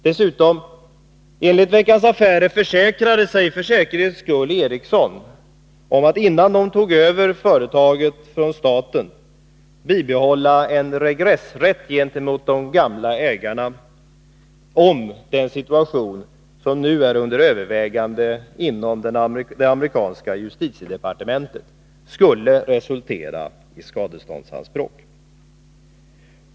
Dessutom: Enligt Veckans Affärer försäkrade sig för säkerhets skull LM Ericsson — innan man tog över företaget från staten — om en regressrätt gentemot de gamla ägarna om den fråga som nu är under övervägande inom det amerikanska justitiedepartementet skulle resultera i skadeståndsanspråk.